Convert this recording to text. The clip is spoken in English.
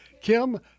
Kim